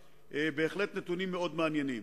אלה בהחלט נתונים מאוד מעניינים,